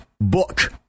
book